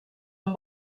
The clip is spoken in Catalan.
amb